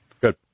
Good